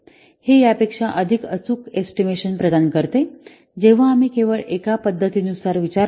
हे यापेक्षा अधिक अचूक एस्टिमेशन प्रदान करते जेव्हा आम्ही केवळ एका पद्धतीनुसारविचार करत असतो